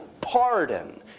Pardon